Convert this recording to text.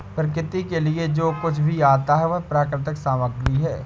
प्रकृति के लिए जो कुछ भी आता है वह प्राकृतिक सामग्री है